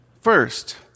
First